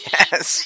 Yes